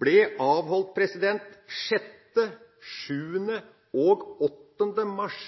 ble avholdt 6., 7. og 8. mars